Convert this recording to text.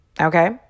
Okay